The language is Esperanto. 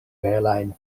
belajn